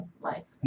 life